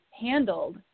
handled